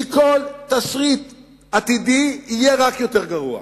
כי כל תסריט עתידי יהיה רק יותר גרוע.